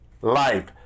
life